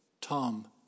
Tom